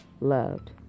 loved